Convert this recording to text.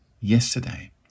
yesterday